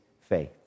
faith